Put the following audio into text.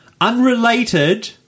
Unrelated